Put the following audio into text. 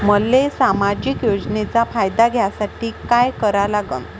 मले सामाजिक योजनेचा फायदा घ्यासाठी काय करा लागन?